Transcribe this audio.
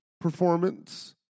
performance